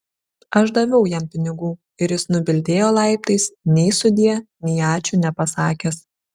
aš daviau jam pinigų ir jis nubildėjo laiptais nei sudie nei ačiū nepasakęs